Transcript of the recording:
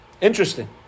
Interesting